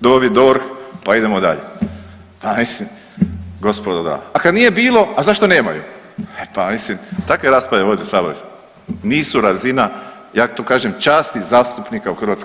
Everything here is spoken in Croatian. DOV i DORH, pa idemo dalje, pa mislim gospodo da, a kad nije bilo, a zašto nemaju, e pa mislim takve rasprave vodit u saboru nisu razinu, ja tu kažem časti zastupnika u HS.